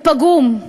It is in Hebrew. הוא פגום.